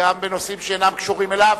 גם בנושאים שאינם קשורים אליו.